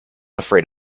afraid